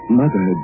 mother